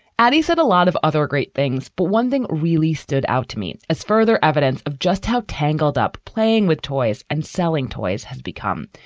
addie said a lot of other great things, but one thing really stood out to me as further evidence of just how tangled up playing with toys and selling toys has become.